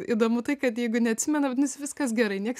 įdomu tai kad jeigu neatsimena vadinasi viskas gerai nieks